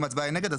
אם ההצבעה היא נגד,